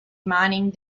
mining